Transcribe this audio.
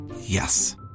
Yes